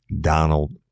Donald